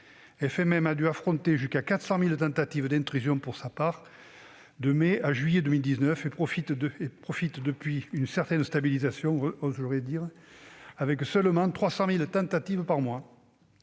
FMM a dû affronter jusqu'à 400 000 tentatives d'intrusion entre mai et juillet 2019, et profite depuis d'une certaine « stabilisation », avec seulement 300 000 tentatives par mois.